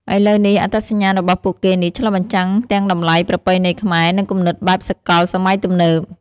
ឥឡូវនេះ អត្តសញ្ញាណរបស់ពួកគេនេះឆ្លុះបញ្ចាំងទាំងតម្លៃប្រពៃណីខ្មែរ និងគំនិតបែបសកលសម័យទំនើប។